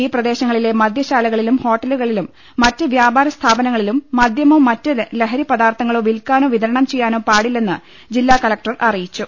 ഈ പ്രദേശങ്ങളിലെ മദ്യശാലകളിലും ഹോട്ടലുകളിലും മറ്റ് വ്യാപാര സ്ഥാപനങ്ങളിലും മദ്യമോ മറ്റ് ലഹരിപദാർത്ഥങ്ങളോ വിൽക്കാനോ വിതരണം ചെയ്യാനോ പാടില്ലെന്ന് ജില്ലാ കളക്ടർ അറിയിച്ചു